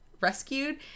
rescued